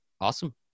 Awesome